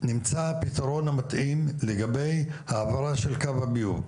נמצא הפתרון המתאים לגבי העברה של קו הביוב,